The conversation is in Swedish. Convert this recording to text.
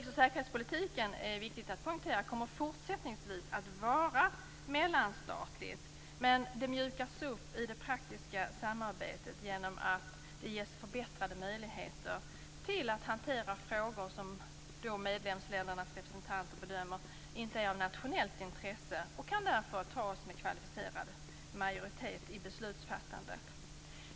Det är viktigt att poängtera att utrikes och säkerhetspolitiken fortsättningsvis kommer att vara mellanstatlig men kommer att mjukas upp i det praktiska samarbetet genom förbättrade möjligheter att hantera frågor som medlemsländernas representanter bedömer inte vara av nationellt intresse. Beslutsfattande i sådana frågor kommer att kunna ske med kvalificerad majoritet.